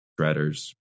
shredders